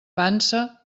pansa